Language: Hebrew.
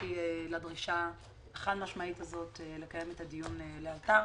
נכנסתי לדרישה החד משמעית הזאת לקיים את הדיון לאלתר.